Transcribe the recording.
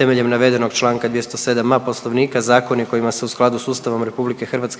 Temeljem navedenog čl. 207.a. Poslovnika zakoni kojima se u skladu s Ustavom RH